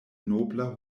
nobla